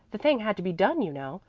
the thing had to be done you know.